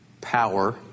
power